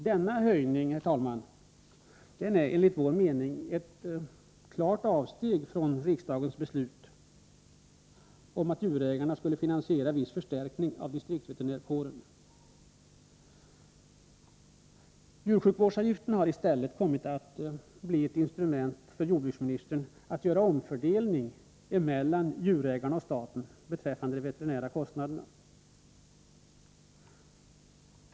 Denna höjning, herr talman, är enligt vår mening ett klart avsteg från riksdagens beslut om att djurägarna skulle finansiera viss förstärkning av distriktsveterinärkåren. Djursjukvårdsavgifterna har i stället kommit att bli ett instrument för jordbruksministern att göra en omfördelning av veterinärkostnaderna mellan djurägarna och staten.